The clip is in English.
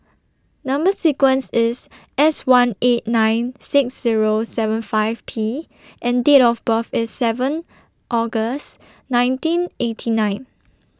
Number sequence IS S one eight nine six Zero seven five P and Date of birth IS seven August nineteen eighty nine